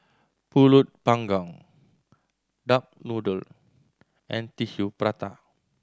Pulut Panggang duck noodle and Tissue Prata